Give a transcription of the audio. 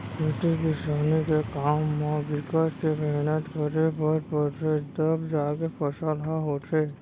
खेती किसानी के काम म बिकट के मेहनत करे बर परथे तव जाके फसल ह होथे